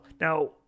Now